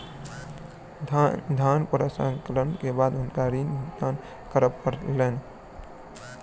धानक प्रसंस्करण के बाद हुनका ऋण भुगतान करअ पड़लैन